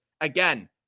Again